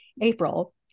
April